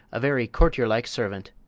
a very courtier-like servant